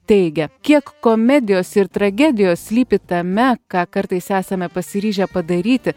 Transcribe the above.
teigia kiek komedijos ir tragedijos slypi tame ką kartais esame pasiryžę padaryti